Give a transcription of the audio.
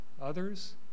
others